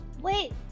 Wait